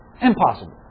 Impossible